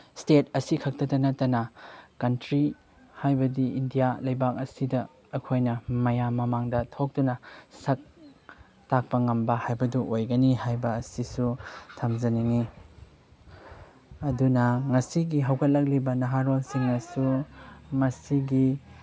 state ꯑꯁꯤ ꯈꯛꯇꯗ ꯅꯠꯇꯅ ꯀꯟꯇ꯭ꯔꯤ ꯍꯥꯏꯕꯗꯤ ꯏꯟꯗꯤꯌꯥ ꯂꯩꯕꯥꯛ ꯑꯁꯤꯗ ꯑꯩꯈꯣꯏꯅ ꯃꯌꯥꯝ ꯃꯃꯥꯡꯗ ꯊꯣꯛꯇꯨꯅ ꯁꯛ ꯇꯥꯛꯄ ꯉꯝꯕ ꯍꯥꯏꯕꯗꯨ ꯑꯣꯏꯒꯅꯤ ꯍꯥꯏꯕ ꯑꯁꯤꯁꯨ ꯊꯝꯖꯅꯤꯡꯏ ꯑꯗꯨꯅ ꯉꯁꯤꯒꯤ ꯍꯧꯒꯠꯂꯛꯂꯤꯕ ꯅꯍꯥꯔꯣꯜꯁꯤꯡꯅꯁꯨ ꯃꯁꯤꯒꯤ